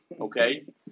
Okay